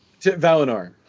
Valinor